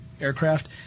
aircraft